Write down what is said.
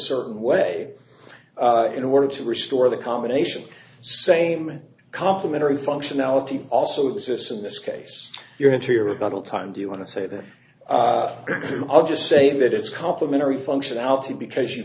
certain way in order to restore the combination same complimentary functionality also exists in this case your interior about all time do you want to say that up just say that it's complimentary functionality because you